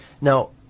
Now